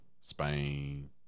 Spain